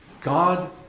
God